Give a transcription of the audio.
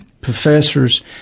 professors